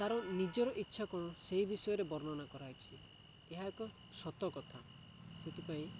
ତାର ନିଜର ଇଚ୍ଛା କ'ଣ ସେହି ବିଷୟରେ ବର୍ଣ୍ଣନା କରାଯାଇଛି ଏହା ଏକ ସତକଥା ସେଥିପାଇଁ